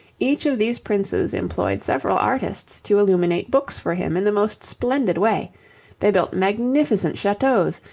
each of these princes employed several artists to illuminate books for him in the most splendid way they built magnificent chateaux,